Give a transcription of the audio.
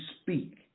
speak